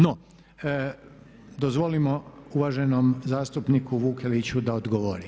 No, dozvolio bi uvaženom zastupniku Vukeliću da odgovori.